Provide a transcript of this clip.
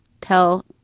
tell